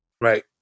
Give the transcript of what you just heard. Right